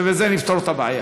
ובזה נפתור את הבעיה.